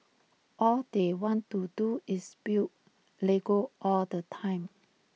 all they want to do is build Lego all the time